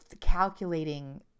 calculating